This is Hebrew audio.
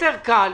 יותר קל,